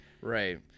Right